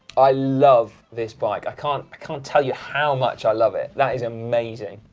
i love this bike. i can't can't tell you how much i love it. that is amazing.